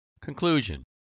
Conclusion